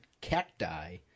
cacti